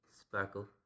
Sparkle